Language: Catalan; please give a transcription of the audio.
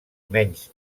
menys